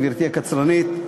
גברתי הקצרנית,